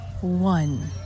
one